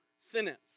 sentence